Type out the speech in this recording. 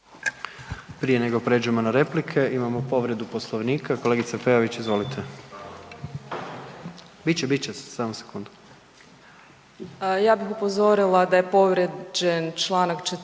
Prije nego prijeđemo na replike imamo povredu Poslovnika. Kolegice Peović, izvolite. **Peović, Katarina (RF)** Ja bih upozorila da je povrijeđen čl. 14.